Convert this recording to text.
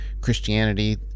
christianity